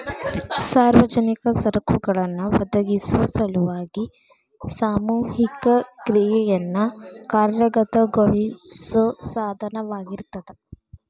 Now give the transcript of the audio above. ಸಾರ್ವಜನಿಕ ಸರಕುಗಳನ್ನ ಒದಗಿಸೊ ಸಲುವಾಗಿ ಸಾಮೂಹಿಕ ಕ್ರಿಯೆಯನ್ನ ಕಾರ್ಯಗತಗೊಳಿಸೋ ಸಾಧನವಾಗಿರ್ತದ